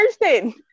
person